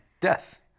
death